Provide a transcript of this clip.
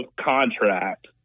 contract